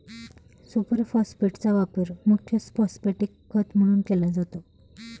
super फॉस्फेटचा वापर मुख्य फॉस्फॅटिक खत म्हणून केला जातो